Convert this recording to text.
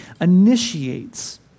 initiates